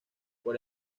por